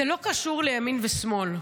זה לא קשור לימין ושמאל,